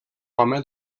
home